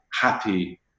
happy